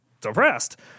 depressed